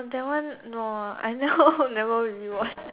that one no I never never really watch